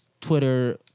Twitter